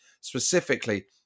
specifically